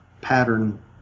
pattern